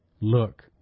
Look